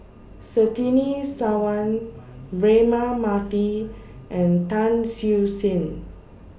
Surtini Sarwan Braema Mathi and Tan Siew Sin